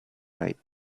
night